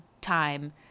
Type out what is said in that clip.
time